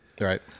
Right